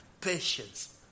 patience